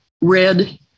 red